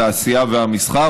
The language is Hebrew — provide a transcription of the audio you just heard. התעשייה והמסחר,